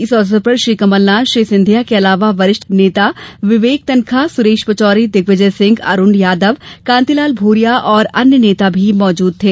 इस अवसर पर श्री कमलनाथ श्री सिंधिया के अलावा वरिष्ठ नेता विवेक तन्खा सुरेश पचौरी दिग्विजय सिंह अरुण यादव कांतिलाल भूरिया और अन्य नेता भी मौजूद थे